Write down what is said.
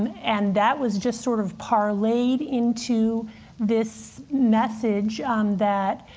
and that was just sort of parlayed into this message um that,